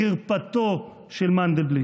לחרפתו של מנדלבליט.